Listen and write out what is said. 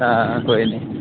हां कोई नी